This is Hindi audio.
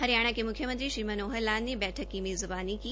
हरियाणा के मुख्मयंत्री श्री मनोहर लाल ने बैठक की मेज़बानी की